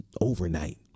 overnight